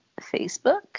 Facebook